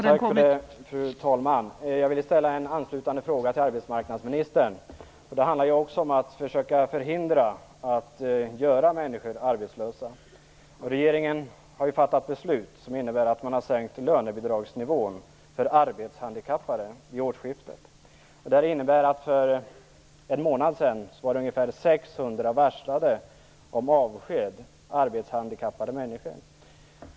Fru talman! Jag vill ställa en anslutande fråga till arbetsmarknadsministern. Detta handlar också om att försöka förhindra att göra människor arbetslösa. Regeringen har fattat ett beslut som innebär en sänkning av lönebidragsnivån för arbetshandikappade vid årsskiftet. Detta innebär att det för ungefär en månad sedan fanns 600 arbetshandikappade människor som var varslade om avsked.